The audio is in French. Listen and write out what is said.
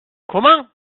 comment